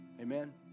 Amen